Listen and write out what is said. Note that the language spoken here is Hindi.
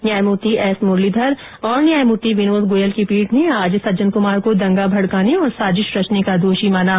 न्यायमूर्ति एस मुरलीधर और न्यायमूर्ति विनोद गोयले की पीठ ने आज सज्जन कुमार को दंगा भड़काने और साजिश रचने का दोषी माना